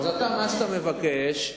מה שאתה מבקש,